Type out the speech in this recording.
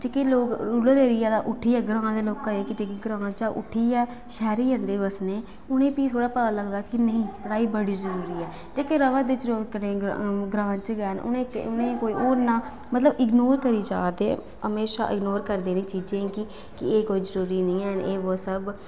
जेह्के लोक rural area दा उट्ठियै ग्रांऽ दे लोक जेह्के ग्रांऽ चा उट्ठियै शैह्रें ई जंदे बस्सने ई उ'नेईं बी थोह्ड़ा पता लगदा की नेईं पढ़ाई बड़ी जरूरी ऐ जेह्के र'वै दे जरोनके ग्रांऽ बिच गै उ'नेंईं कोई ओह् उ'न्ना मतलब इग्नोर करी जा दे म्हेशा इग्नोर करदे इ'नें चीज़ें गी की एह् कोई जरूरी निं है'न एह् वो सब